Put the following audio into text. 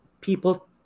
people